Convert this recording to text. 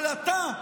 אבל אתה,